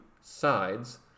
sides